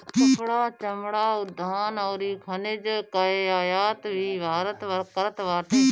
कपड़ा, चमड़ा, खाद्यान अउरी खनिज कअ आयात भी भारत करत बाटे